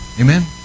Amen